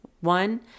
One